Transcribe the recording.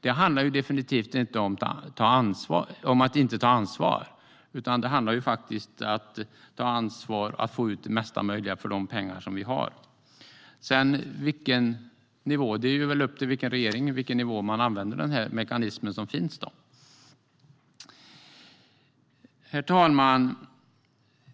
Det handlar definitivt inte om att inte ta ansvar, utan det handlar faktiskt om att ta ansvar för att få ut mesta möjliga av de pengar som vi har. Det är upp till den regering som sitter på vilken nivå man använder den mekanism som finns. Herr talman!